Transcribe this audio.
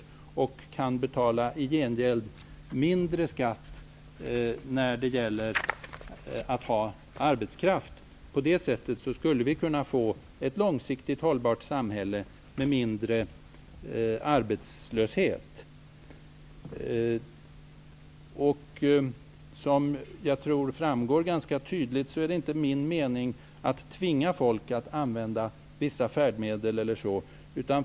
I gengäld kan man betala mindre skatt på arbetskraft. På det sättet skulle vi kunna få ett långsiktigt hållbart samhälle med mindre arbetslöshet. Som jag tror framgår ganska tydligt är det inte min mening att tvinga folk att använda vissa färdmedel.